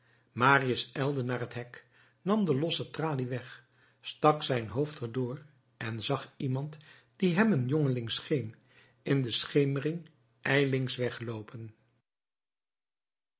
marius ijlde naar het hek nam de losse tralie weg stak zijn hoofd er door en zag iemand die hem een jongeling scheen in de schemering ijlings wegloopen